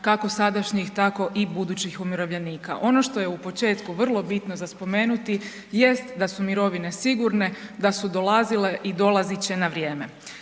kako sadašnjih tako i budućih umirovljenika. Ono što je u početku vrlo bitno za spomenuti jest da su mirovine sigurne, da su dolazile i dolazit će na vrijeme.